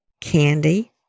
candy